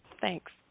Thanks